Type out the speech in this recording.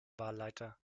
wahlleiter